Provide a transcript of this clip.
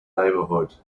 neighborhood